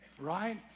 Right